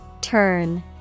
Turn